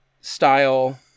style